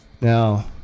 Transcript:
Now